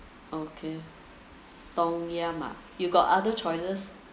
okay tom yam ah you got other choices